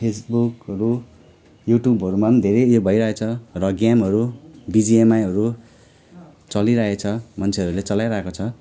फेसबुकहरू युटुबहरूमा पनि धेरै उयो भइरहेको छ र गेमहरू भिजिएमाइहरू चलिरहेको छ मान्छेहरूले चलाइरहेको छ